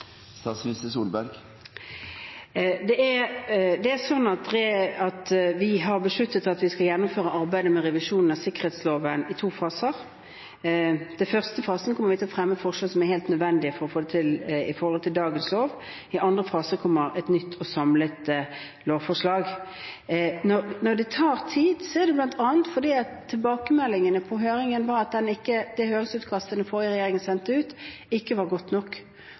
Vi har besluttet at vi skal gjennomføre arbeidet med revisjonen av sikkerhetsloven i to faser. I den første fasen kommer vi til å fremme forslag som er helt nødvendige i forhold til dagens lov. I andre fase kommer et nytt og samlet lovforslag. Når det tar tid, er det bl.a. fordi tilbakemeldingene på høringen var at det høringsutkastet den forrige regjeringen sendte ut, ikke var godt nok.